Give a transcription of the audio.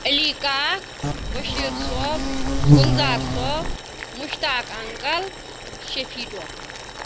علی کاکھ بٔشیٖر صٲب گُلزار صٲب مُشتاق اَنکَل شفیع ٹوٹھ